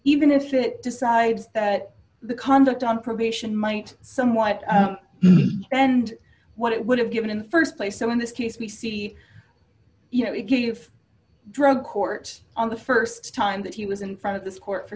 even if it decides that the conduct on probation might somewhat and what it would have given in the st place so in this case we see you know if drug court on the st time that he was in front of this court for